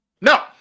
No